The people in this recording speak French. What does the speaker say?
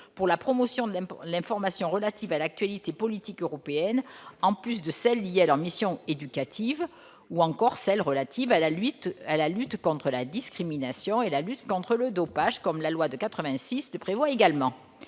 pour la promotion de l'information relative à l'actualité politique européenne, en plus de celles qui sont liées à leur mission éducative, ou encore de celles qui sont relatives à la lutte contre la discrimination et à la lutte contre le dopage, comme la loi de 1986 le prévoit également.